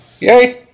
Yay